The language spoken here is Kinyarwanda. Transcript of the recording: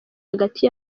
hagati